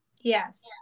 Yes